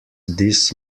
this